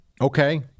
Okay